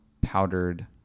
powdered